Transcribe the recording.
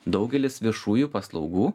daugelis viešųjų paslaugų